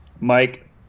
Mike